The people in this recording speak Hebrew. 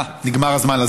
נגמר הזמן.